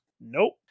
Nope